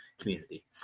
community